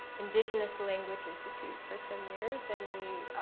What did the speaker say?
indigenous language institute for some years. and we